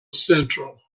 central